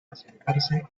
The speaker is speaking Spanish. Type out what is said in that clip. presentarse